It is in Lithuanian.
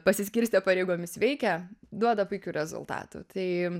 pasiskirstė pareigomis veikia duoda puikių rezultatų tai